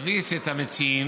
תביס את המציעים